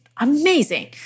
Amazing